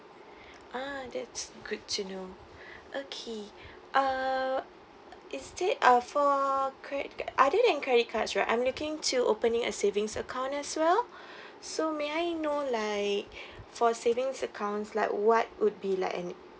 ah that's good to know okay uh is there ah for cre~ other than credit cards right I'm looking to opening a savings account as well so may I know like for savings accounts like what would be like an